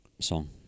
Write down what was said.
song